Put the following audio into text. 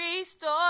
ReStore